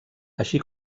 així